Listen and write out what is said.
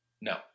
no